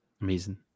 Amazing